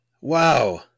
wow